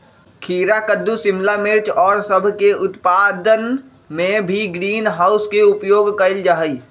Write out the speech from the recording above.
खीरा कद्दू शिमला मिर्च और सब के उत्पादन में भी ग्रीन हाउस के उपयोग कइल जाहई